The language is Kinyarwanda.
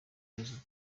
perezida